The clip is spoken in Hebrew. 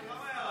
למה ירדת?